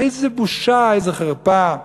איזו בושה, איזו חרפה.